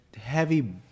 heavy